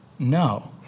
No